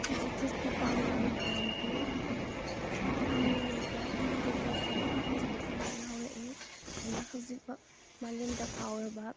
ꯑꯩꯅ textbook ꯄꯥꯝꯂꯤꯕꯒꯤ ꯃꯔꯝꯗꯤ ꯑꯉꯥꯡ ꯑꯣꯏꯔꯤꯉꯩꯗ ꯄ꯭ꯔꯣꯁꯦꯁꯇꯤ ꯇꯦꯛꯁ ꯕꯨꯛꯇꯒꯤ ꯍꯥꯟꯅ ꯍꯧꯔꯛꯏ ꯑꯗꯨꯅ ꯍꯧꯖꯤꯛ ꯐꯥꯎ ꯃꯂꯦꯝꯗ ꯐꯥꯎꯔꯕ